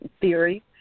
theory